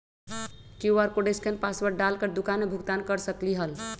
QR code scan password डाल कर दुकान में भुगतान कर सकलीहल?